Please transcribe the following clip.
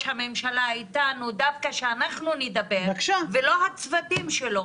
הממשלה אתנו דווקא שאנחנו נדבר ולא הצוותים שלו,